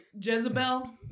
Jezebel